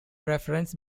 reference